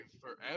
forever